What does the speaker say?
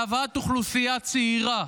להבאת אוכלוסייה צעירה